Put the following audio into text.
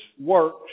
works